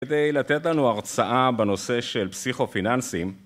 כדי לתת לנו הרצאה בנושא של פסיכופיננסים